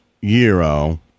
Euro